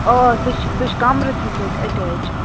آ سُہ چھُ سُہ چھُ کَمرس سۭتٕے اَٹیچ